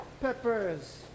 peppers